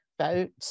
vote